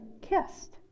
kissed